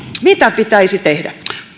mitä pitäisi tehdä